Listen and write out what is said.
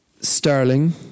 Sterling